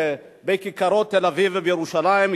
לכיכרות בתל-אביב ובירושלים,